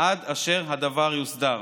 עד אשר הדבר יוסדר.